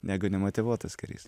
negu nemotyvuotas karys